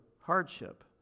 hardship